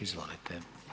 Izvolite.